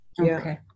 Okay